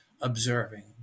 observing